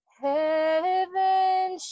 heaven